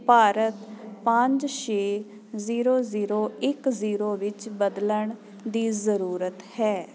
ਭਾਰਤ ਪੰਜ ਛੇ zero zero ਇੱਕ ਜੀਰੋ ਵਿੱਚ ਬਦਲਣ ਦੀ ਜ਼ਰੂਰਤ ਹੈ